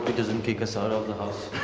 but doesn't kick us out of the house.